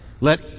let